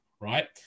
right